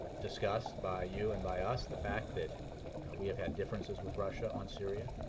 discussed by you and by us the fact that we have had differences with russia on syria.